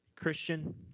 Christian